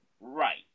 Right